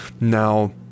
now